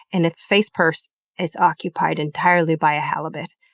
and its face purse is occupied entirely by a halibut,